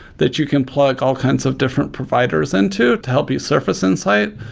that you can plug all kinds of different providers into to help you surface insight.